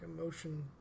emotion